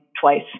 twice